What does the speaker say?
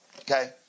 Okay